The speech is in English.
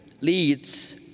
leads